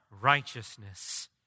righteousness